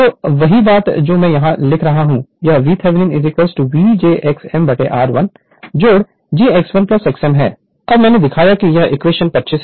तो वही बात जो मैं यहाँ लिख रहा हूँ यह VThevenin v j x mr one j x1 x m है अब मैंने दिखाया कि यह इक्वेशन 25 है